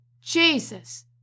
Jesus